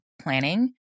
planning